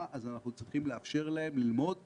ולכן אנחנו צריכים לאפשר ללמוד בחינם,